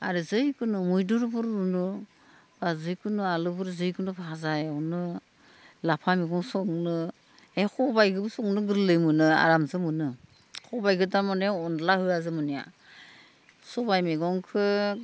आरो जिखुनु मैद्रुफोर रुनो बा जिखुनु आलुफोर जिखुनु फाजा एवनो लाफा मैगं संनो बेफोरबादिखौ संनो आरामसो मोनो सबाइखो थारमाने अनला होवा जोंनिया सबाइ मैंगंखो